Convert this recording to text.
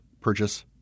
Purchase